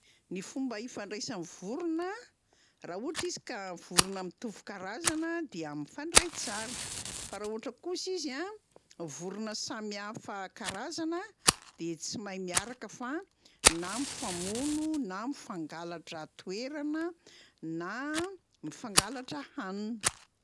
Ny fomba ifandraisan'ny vorona: raha ohatra izy ka vorona mitovy karazana dia mifandray tsara fa raha ohatra kosa izy a vorona samy hafa karazana de tsy mahay miaraka fa na mifamono na mifangalatra toerana na mifangalatra hanina.